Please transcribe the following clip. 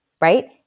right